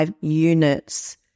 units